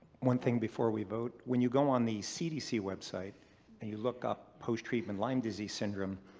one thing before we vote, when you go on the cdc website and you look up post-treatment lyme disease syndrome,